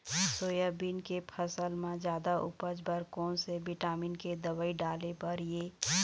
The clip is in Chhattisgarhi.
सोयाबीन के फसल म जादा उपज बर कोन से विटामिन के दवई डाले बर ये?